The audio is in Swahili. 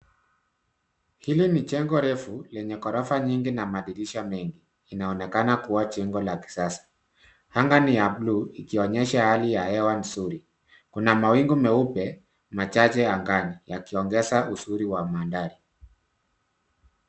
Hili ni jengo refu lenye ghorofa nyingi na madirisha mengi. Inaonekana kua jengo la kisasa. Anga ni ya blue , ikionyesha hali ya hewa nzuri. Kuna mawingu meupe, machache angani, yakiongeza uzuri wa mandhari.